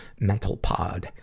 MentalPod